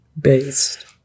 Based